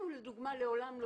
אנחנו לדוגמה לעולם לא